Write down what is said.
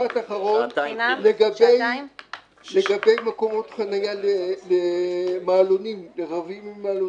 משפט אחרון לגבי מקומות חניה לרכבים עם מעלונים.